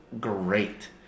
great